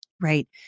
right